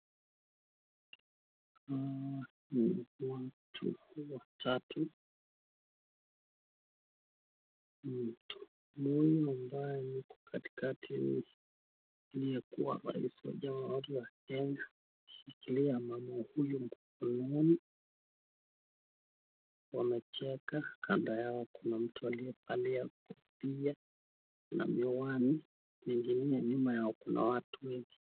Hawa ni watu watatu. Mtu aliyekatikati ni aliyekuwa rais wa jamuhuri ya Kenya amemshikilia mama huyu mkononi wamecheka. Kando yao kuna mtu aliyevalia kofia na miwani na pia nyuma kuna watu.